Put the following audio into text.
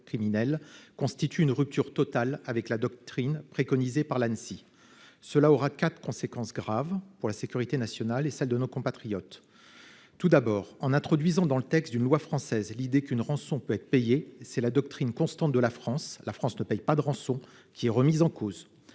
est en rupture totale avec la doctrine préconisée par l'Anssi, ce qui aura quatre conséquences graves pour la sécurité nationale et celle de nos compatriotes. Tout d'abord, en introduisant dans le texte d'une loi française l'idée qu'une rançon peut être payée, c'est la doctrine constante de la France, selon laquelle notre pays ne paye pas de rançon, qui est remise en cause.